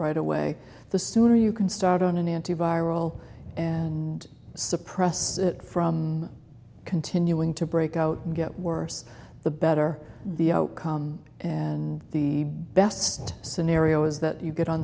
right away the sooner you can start on an antiviral and suppress it from continuing to break out and get worse the better the outcome and the best scenario is that you get on